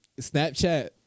Snapchat